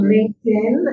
LinkedIn